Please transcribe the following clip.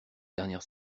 dernière